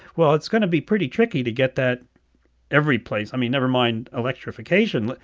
well, it's going to be pretty tricky to get that every place, i mean, never mind electrification. like